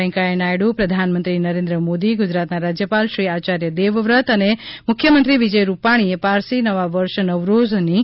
વેંકૈયા નાયડુ પ્રધાનમંત્રી નરેન્દ્ર મોદી ગુજરાતના રાજ્યપાલ શ્રી આચાર્ય દેવવ્રત અને મુખ્યમંત્રી શ્રી વિજય રૂપાણીએ પારસી નવા વર્ષ નવરોઝની શુભેચ્છાઓ પાઠવી છે